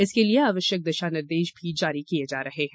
इसके लिए आवश्यक दिशा निर्देश भी जारी किए जा रहे हैं